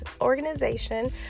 organization